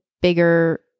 bigger